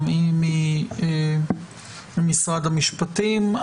גם היא ממשרד המשפטים.